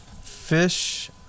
Fish